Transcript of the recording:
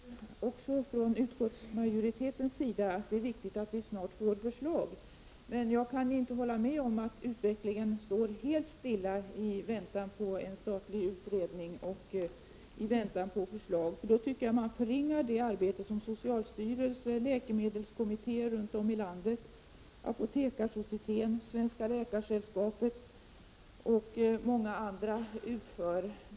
Herr talman! Vi har väntat, och vi tycker också från utskottsmajoritetens 67 sida att det är viktigt att vi snart får förslag. Jag kan dock inte hålla med om att utvecklingen står helt stilla i väntan på en statlig utredning och i väntan på förslag. I så fall förringar man det arbete som utförs av socialstyrelsens läkemedelskommittéer runt om i landet, Apotekarsocieteten, Svenska läkaresällskapet och många andra organ.